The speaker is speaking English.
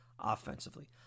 offensively